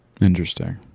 Interesting